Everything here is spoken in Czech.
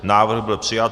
Návrh byl přijat.